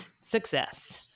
success